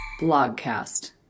Blogcast